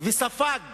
וספג